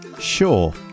Sure